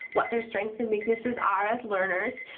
what their strengths and weaknesses are as learners,